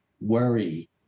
worry